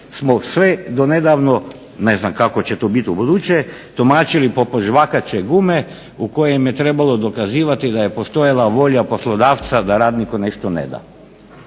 114.smo sve do nedavno ne znam kako će to biti ubuduće, tumačili poput žvakaće gume u kojem je trebalo dokazivati da je postojala volja poslodavca da radniku nešto ne da.